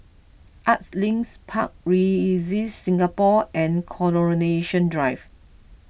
Arts Links Park Regis Singapore and Coronation Drive